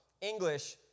English